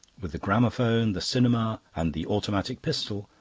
with the gramophone, the cinema, and the automatic pistol,